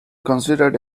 considered